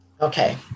Okay